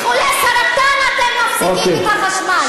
לחולי סרטן אתם מפסיקים את החשמל,